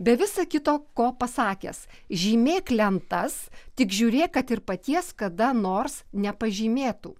be viso kito ko pasakęs žymėk lentas tik žiūrėk kad ir paties kada nors nepažymėtų